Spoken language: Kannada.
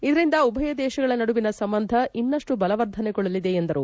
ಇದರಿಂದ ಉಭಯ ದೇಶಗಳ ನಡುವಿನ ಸಂಬಂಧ ಇನ್ನಷ್ಟು ಬಲವರ್ಧನೆಗೊಳ್ಳಲಿದೆ ಎಂದರು